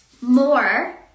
more